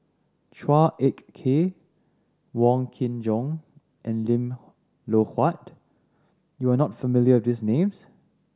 Chua Ek Kay Wong Kin Jong and Lim Loh Huat you are not familiar with these names